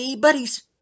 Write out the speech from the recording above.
buddies